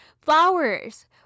flowers